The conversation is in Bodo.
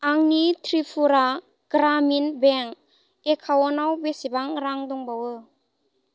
आंनि त्रिपुरा ग्रामिन बेंक एकाउन्टाव बेसेबां रां दंबावो